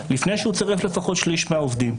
לפני שהוא צירף לפחות שליש מהעובדים.